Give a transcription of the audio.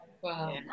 Wow